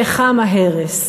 וכמה הרס.